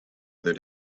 other